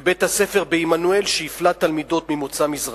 ובית-הספר בעמנואל שהפלה תלמידות ממוצא מזרחי,